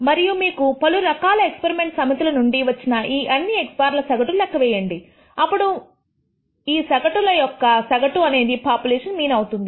మరియు మీకు పలు రకాల ఎక్స్పరిమెంటల్ సమితి ల నుండి వచ్చిన ఈ అన్నిx̅ ల సగటు లెక్క వేయండి అప్పుడు యొక్క ఈ సగటు ల యొక్క సగటు అనేది పాపులేషన్ మీన్ అవుతుంది